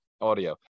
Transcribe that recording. audio